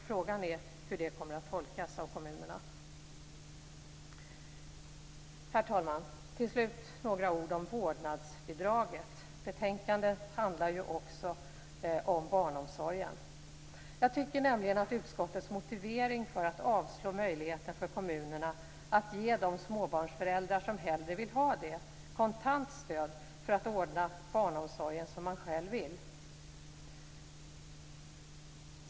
Frågan är hur det kommer att tolkas av kommunerna. Herr talman! Till slut några ord om vårdnadsbidraget. Betänkandet handlar också om barnomsorgen. Jag tycker nämligen att utskottets motivering för att avstyrka möjligheten för kommunerna att ge de småbarnsföräldrar, som hellre vill ha det, kontant stöd för att ordna barnomsorg som man själv vill.